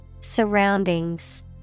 Surroundings